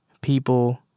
people